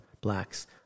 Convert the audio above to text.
Black's